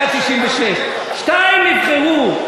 196. שתיים נבחרו.